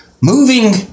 moving